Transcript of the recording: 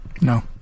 No